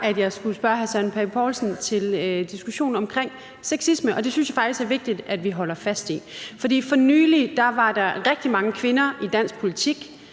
at jeg skulle spørge hr. Søren Pape Poulsen til diskussionen om sexisme, og det synes jeg faktisk er vigtigt vi holder fast i. For nylig var der rigtig mange kvinder i dansk politik,